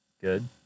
good